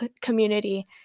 community